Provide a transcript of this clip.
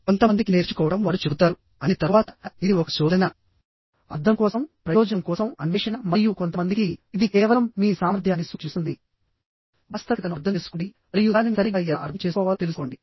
కొంతమందికి నేర్చుకోవడం వారు చెబుతారు అన్ని తరువాత ఇది ఒక శోధన అర్థం కోసం ప్రయోజనం కోసం అన్వేషణ మరియు కొంతమందికి ఇది కేవలం మీ సామర్థ్యాన్ని సూచిస్తుంది వాస్తవికతను అర్థం చేసుకోండి మరియు దానిని సరిగ్గా ఎలా అర్థం చేసుకోవాలో తెలుసుకోండి